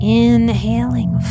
inhaling